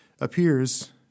appears